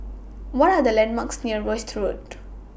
What Are The landmarks near Rosyth Road